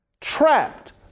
Trapped